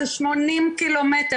זה 80 ק"מ,